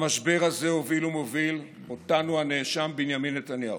למשבר הזה הוביל ומוביל אותנו הנאשם בנימין נתניהו,